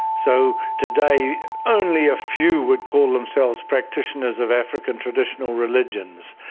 so today only a few would call themselves practitioners of african traditional religions.